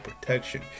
protection